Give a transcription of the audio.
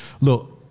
Look